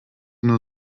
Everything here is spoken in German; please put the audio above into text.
nur